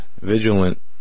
vigilant